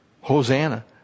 Hosanna